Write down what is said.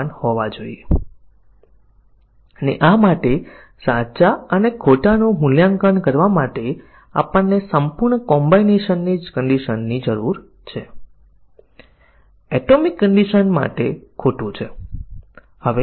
આપણે પેટા શરતોને સાચા અને ખોટા મૂલ્યો આપવાની વ્યક્તિગત ઘટકની સ્થિતિઓ ધ્યાનમાં લેવી પડશે